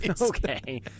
Okay